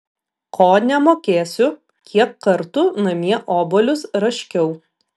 ko nemokėsiu kiek kartų namie obuolius raškiau